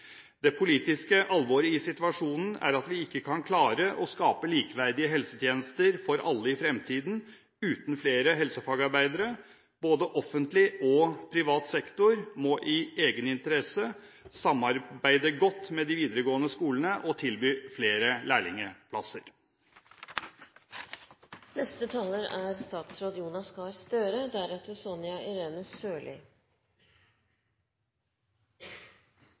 Det politiske alvoret i situasjonen er at vi ikke kan klare å skape likeverdige helsetjenester for alle i fremtiden uten flere helsefagarbeidere. Både offentlig og privat sektor må, i egen interesse, samarbeide godt med de videregående skolene og tilby flere